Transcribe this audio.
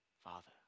Father